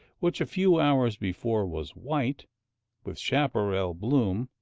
which a few hours before was white with chaparral bloom,